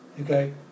okay